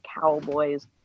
Cowboys